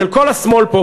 של כל השמאל פה,